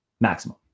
Maximum